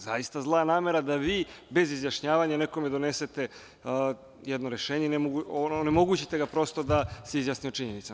Zaista, zla namera da vi, bez izjašnjavanja, nekome donesete jedno rešenje, onemogućite ga prosto da se izjasni o činjenicama.